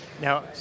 now